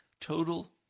total